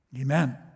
Amen